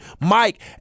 Mike